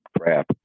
crap